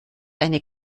eine